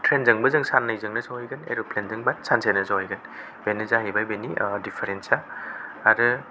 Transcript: ट्रैनजोंबो जों साननैजोंनो सहैगोन एर'प्लेन जोंबा सानसेनो सहैगोन बेनो जाहैबाय बेनि दिफारेन्सा आरो